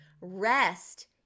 rest